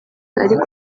ariko